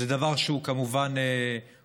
זה דבר שהוא כמובן הוגן.